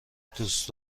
دوست